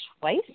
twice